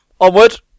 Onward